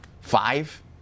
Five